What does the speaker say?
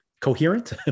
coherent